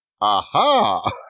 Aha